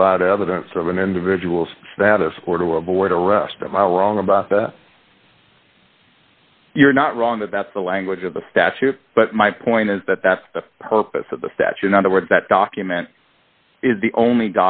provide evidence of an individual's status support to avoid arrest of my wrong about that you're not wrong about the language of the statute but my point is that that's the purpose of the statue in other words that document is the only